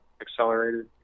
accelerated